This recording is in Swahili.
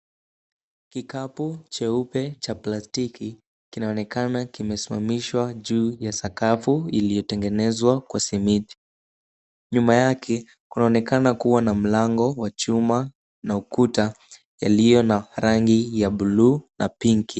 Kikapu cheupe cha plastiki kinaonekana kimesimamishwa juu ya sakafu iliyotengenezwa kwa simiti. Nyuma yake kunaonekana kuwa na mlango wa chuma na ukuta, yaliyo na rangi ya buluu na pinki .